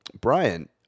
Brian